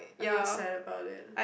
I'm not sad about it